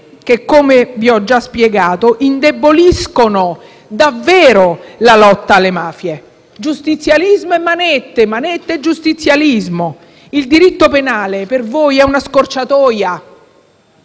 che, come ho già spiegato, indeboliscono davvero la lotta alle mafie. Giustizialismo e manette, manette e giustizialismo: il diritto penale per voi è una scorciatoia